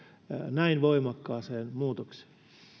näin voimakkaaseen muutokseen